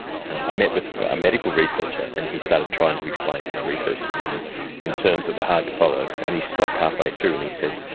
i met with a medical researcher and he started trying to explain his research to me in in terms that were hard to follow, and he stopped halfway through and he said,